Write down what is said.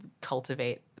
cultivate